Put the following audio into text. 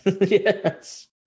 Yes